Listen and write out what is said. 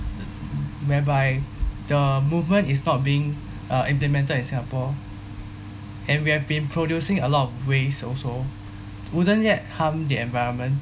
whereby the movement is not being uh implemented in singapore and we have been producing a lot of waste also wouldn't that harm the environment